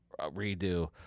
redo